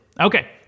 Okay